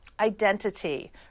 identity